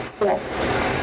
Yes